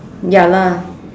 ya lah